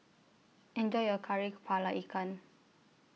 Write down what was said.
Enjoy your Kari Kepala Ikan